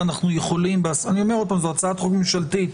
זו הצעת חוק ממשלתית.